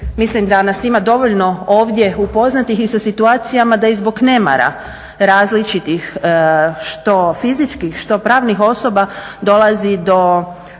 mislim da nas ima dovoljno ovdje upoznatih i sa situacijama da i zbog nemara različitih, što fizičkih što pravnih osoba dolazi do